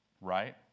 right